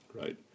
Right